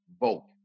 vote